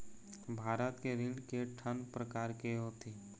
भारत के ऋण के ठन प्रकार होथे?